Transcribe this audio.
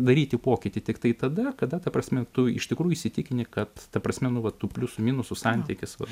daryti pokytį tiktai tada kada ta prasme tu iš tikrųjų įsitikini kad ta prasme nu va tų pliusų minusų santykis bus